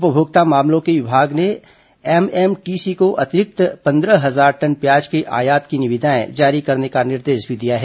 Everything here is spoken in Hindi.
उपभोक्ता मामलों के विभाग ने एमएमटीसी को अतिरिक्त पन्द्रह हजार टन प्याज के आयात की निविदाएं जारी करने का भी निर्देश दिया है